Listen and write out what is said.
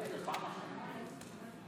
(אומר בערבית: